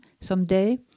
someday